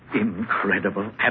Incredible